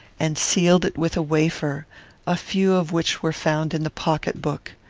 and sealed it with a wafer a few of which were found in the pocket-book.